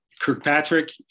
Kirkpatrick